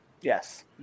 Yes